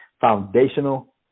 foundational